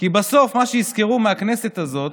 כי בסוף, מה שיזכרו מהכנסת הזאת,